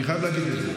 אני חייב להגיד את זה.